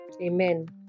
Amen